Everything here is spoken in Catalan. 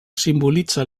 simbolitza